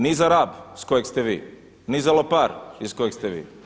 Ni za Rab s kojeg ste vi, ni za Lopar iz kojeg ste vi.